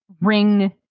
ring